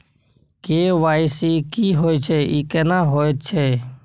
KYC की होय छै, ई केना होयत छै?